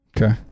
Okay